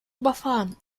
überfahren